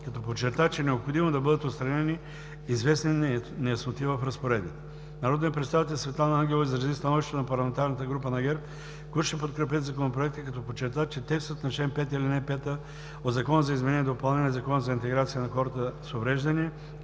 като подчерта, че е необходимо да бъдат отстранени известни неясноти в разпоредбите. Народният представител Светлана Ангелова изрази становището на парламентарната група на ГЕРБ, които ще подкрепят Законопроекта, като подчерта, че текстът на чл. 5, ал. 5 от Закона за изменение и допълнение на Закона за интеграция на хората с увреждания